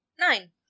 Nine